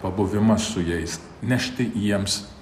pabuvimas su jais nešti jiems